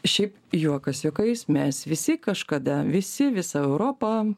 šiaip juokas juokais mes visi kažkada visi visa europa